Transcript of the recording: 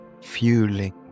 fueling